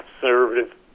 conservative